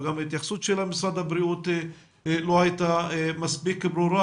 וגם מההתייחסות של משרד הבריאות לא הייתה מספיק ברורה.